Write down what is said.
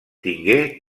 tingué